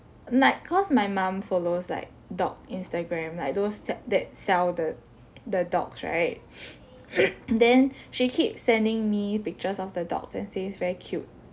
like cause my mum follows like dog instagram like those sell that sell that the dogs right then she keeps sending me pictures of the dogs and say it's very cute